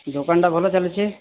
ଦୋକାନଟା ଭଲ ଚାଲିଛି